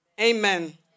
Amen